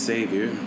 Savior